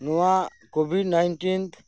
ᱱᱚᱣᱟ Covid nineteenth